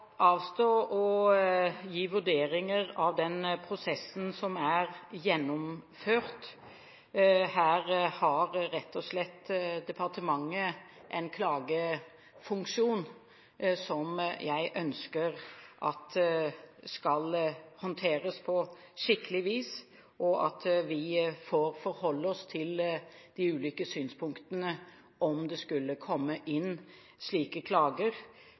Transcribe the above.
avstå fra å gi vurderinger av den prosessen som er gjennomført. Her har rett og slett departementet en klagefunksjon som jeg ønsker skal håndteres på skikkelig vis, og vi får forholde oss til de ulike synspunktene om det skulle komme inn slike klager.